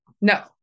No